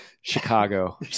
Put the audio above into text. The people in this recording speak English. Chicago